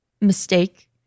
mistake